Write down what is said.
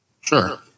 Sure